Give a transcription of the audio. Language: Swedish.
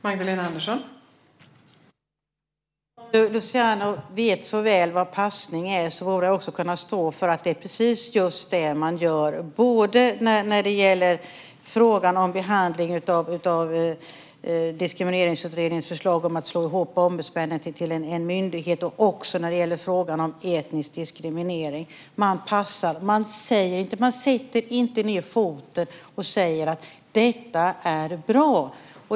Fru talman! Om Luciano vet så väl vad passning är borde han också kunna stå för att det är precis just det man gör, både när det gäller frågan om behandling av Diskrimineringsutredningens förslag om att slå ihop ombudsmännen till en myndighet och frågan om etnisk diskriminering. Man passar. Man sätter inte ned foten och säger att detta är bra.